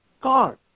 Car